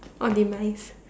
or demise